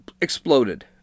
exploded